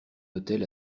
hôtel